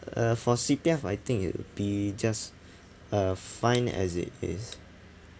uh for C_P_F I think it'll be just uh fine as it is